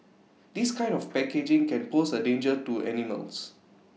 this kind of packaging can pose A danger to animals